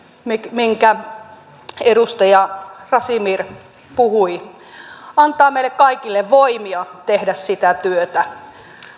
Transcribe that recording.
minkä edustaja razmyar puhui antaa meille kaikille voimia tehdä sitä työtä